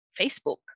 Facebook